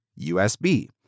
USB